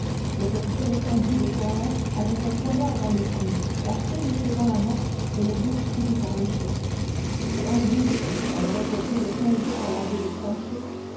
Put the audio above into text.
le capitaine étendu de son long avec un poignard dans le cou la fille faisant la morte et le bouc tout effarouché bon dis-je j'en aurai pour plus de quinze jours à laver le plancher